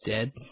Dead